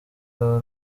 aba